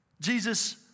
Jesus